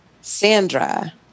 Sandra